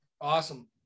Awesome